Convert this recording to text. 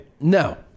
no